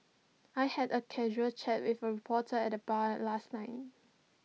I had A casual chat with A reporter at the bar last night